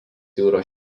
jūros